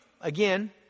again